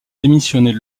démissionner